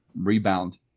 rebound